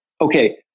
Okay